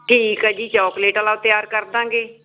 ਠੀਕ ਆ ਜੀ ਚੋਕਲੇਟ ਵਾਲਾ ਤਿਆਰ ਕਰਦਾਂਗੇ